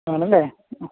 ആണല്ലേ ആ